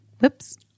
Whoops